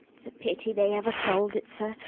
it's a pity they ever sold it, sir,